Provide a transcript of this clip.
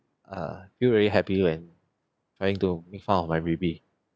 uh feel very happy when trying to make fun of my baby